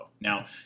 Now